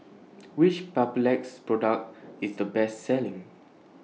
Which Papulex Product IS The Best Selling